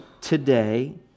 today